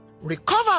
recover